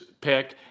pick